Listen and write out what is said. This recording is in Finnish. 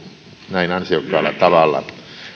näin ansiokkaalla tavalla